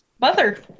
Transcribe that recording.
Mother